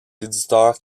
éditeurs